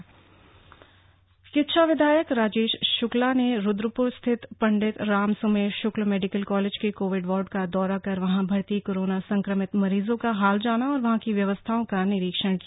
corona संक्रमितों का जाना हाल किच्छा विधायक राजेश शुक्ला ने रुद्रपुर स्थित पंडित रामसुमेर शुक्ल मेडिकल कॉलेज के कोविड वार्ड का दौरा कर वहां भर्ती कोरोना संक्रमित मरीजों का हाल जाना और वहां की व्यवस्थाओं का निरीक्षण किया